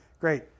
great